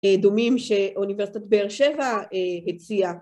דומים שאוניברסיטת באר שבע הציעה